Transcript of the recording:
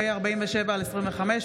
פ/47/25,